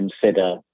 consider